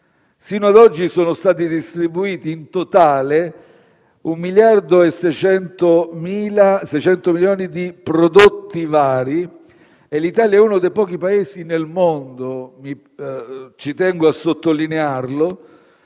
Sino ad oggi sono stati distribuiti in totale 1,6 miliardi di prodotti vari e l'Italia è uno dei pochi Paesi nel mondo - ci tengo a sottolinearlo